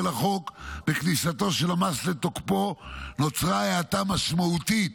החוק וכניסתו של המס לתוקפו נוצרה האטה משמעותית